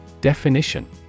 Definition